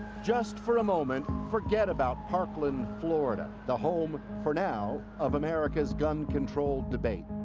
just for a moment forget about parkland, florida, the home for now of america's gun control debates.